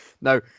No